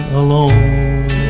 alone